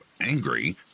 angry